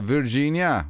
Virginia